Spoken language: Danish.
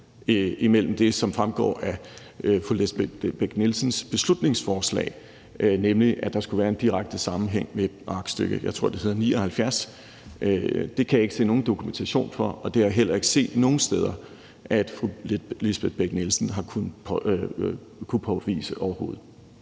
sammenkædning, som fremgår af fru Lisbeth Bech-Nielsens beslutningsforslag, nemlig at der skulle være en direkte sammenhæng med et aktstykke, jeg tror, det hedder nr. 79. Det kan jeg ikke se nogen dokumentation for, og det har jeg heller ikke set nogen steder at fru Lisbeth Bech-Nielsen har kunnet påvise.